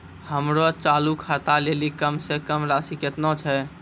हमरो चालू खाता लेली कम से कम राशि केतना छै?